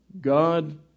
God